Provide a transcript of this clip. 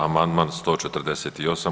Amandman 148.